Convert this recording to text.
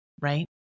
right